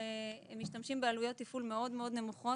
ומשתמשים בעלויות תפעול מאוד נמוכות.